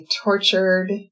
tortured